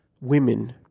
women